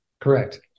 correct